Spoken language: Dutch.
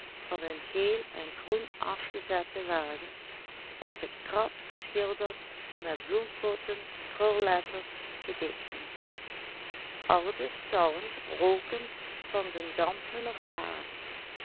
beschilderd met bloempotten krulletters gedichten al de stallen rooken van den